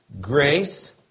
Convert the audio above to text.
Grace